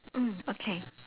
mm okay